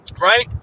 right